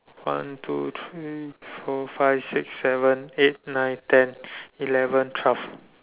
one two three four five six seven eight nine ten eleven twelve